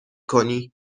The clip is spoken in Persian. کنی